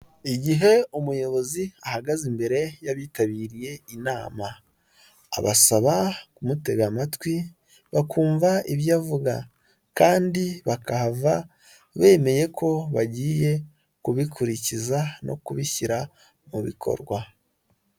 Igihe umuyobozi ahagaze imbere y'abitabiriye inama abasaba kumutega amatwi bakumva ibyo avuga kandi bakahava bemeye ko bagiye kubikurikiza no kubishyira mu bikorwa.